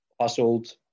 hustled